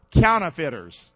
Counterfeiters